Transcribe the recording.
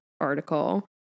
article